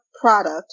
product